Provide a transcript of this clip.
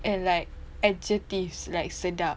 and like adjectives like sedap